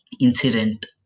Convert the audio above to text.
incident